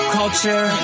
culture